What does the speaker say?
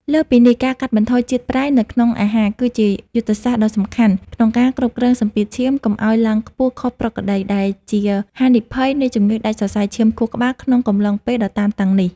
លើសពីនេះ ការកាត់បន្ថយជាតិប្រៃនៅក្នុងអាហារ គឺជាយុទ្ធសាស្ត្រដ៏សំខាន់ក្នុងការគ្រប់គ្រងសម្ពាធឈាម កុំឱ្យឡើងខ្ពស់ខុសប្រក្រតី ដែលជាហានិភ័យនៃជំងឺដាច់សរសៃឈាមខួរក្បាលក្នុងកំឡុងពេលដ៏តានតឹងនេះ។